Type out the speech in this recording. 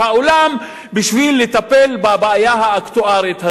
העולם בשביל לטפל בבעיה האקטוארית הזאת.